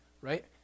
right